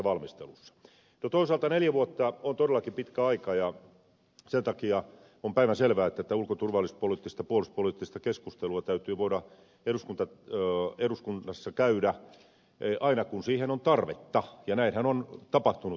no toisaalta neljä vuotta on todellakin pitkä aika ja sen takia on päivänselvää että tätä ulko ja turvallisuuspoliittista puolustuspoliittista keskustelua täytyy voida eduskunnassa käydä aina kun siihen on tarvetta ja näinhän on tapahtunut